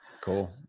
Cool